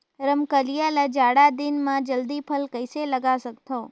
रमकलिया ल जाड़ा दिन म जल्दी फल कइसे लगा सकथव?